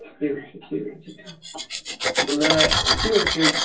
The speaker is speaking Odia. ଠିକ୍ ଅଛି ଠିକ୍ ଅଛି ଠିକ୍ ଅଛି ବୋଲେ ଠିକ୍ ଅଛି